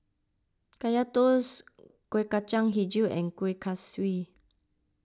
Kaya Toast Kueh Kacang HiJau and Kuih Kaswi